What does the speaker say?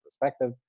perspective